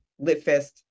LitFest